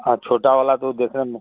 हाँ छोटा वाला तो देखने में